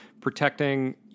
protecting